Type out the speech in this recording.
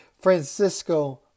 Francisco